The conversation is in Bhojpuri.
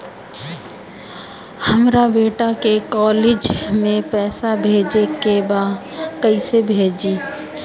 हमर बेटा के कॉलेज में पैसा भेजे के बा कइसे भेजी?